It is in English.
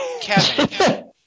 Kevin